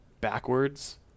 backwards